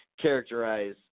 characterize